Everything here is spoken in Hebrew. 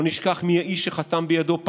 לא נשכח מי האיש שחתם בידו,